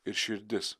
ir širdis